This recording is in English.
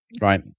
Right